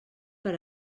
per